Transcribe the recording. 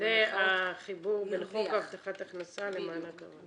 --- זה החיבור בין חוק הבטחת הכנסה למענק עבודה.